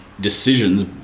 decisions